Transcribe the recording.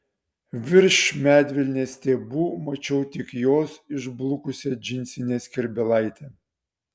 virš medvilnės stiebų mačiau tik jos išblukusią džinsinę skrybėlaitę